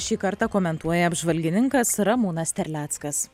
šį kartą komentuoja apžvalgininkas ramūnas terleckas